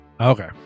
Okay